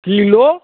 kilo